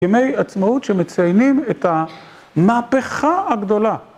ימי עצמאות שמציינים את המהפכה הגדולה.